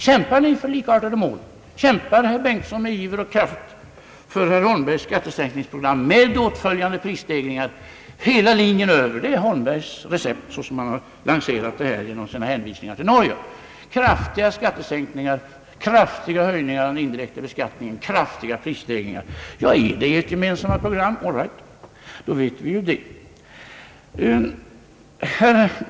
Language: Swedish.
Kämpar herr Bengtson med iver och kraft för herr Holmbergs skattesänkningsprogram med åtföljande prisstegringar över hela linjen? Det är herr Holmbergs recept såsom han lanserat det här genom sina hänvisningar till Norge: kraftiga skattesänkningar, kraftiga höjningar av den indirekta skatten och kraftiga prissiegringar. Är det ert gemensamma program? All right — i så fall har vi fått besked!